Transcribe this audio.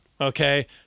okay